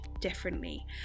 differently